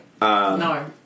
No